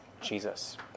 Jesus